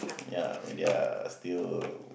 ya when they're still